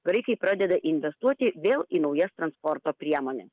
graikai pradeda investuoti vėl į naujas transporto priemones